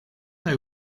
they